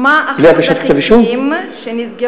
בלי הגשת כתב אישום.